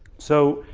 so